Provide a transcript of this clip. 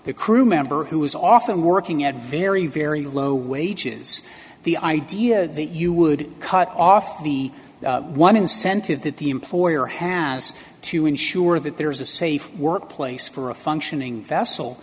a crew member who is often working at very very low wages the idea that you would cut off the one incentive that the employer has to ensure that there is a safe workplace for a functioning vessel